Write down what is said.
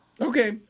Okay